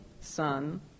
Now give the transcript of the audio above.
son